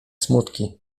smutki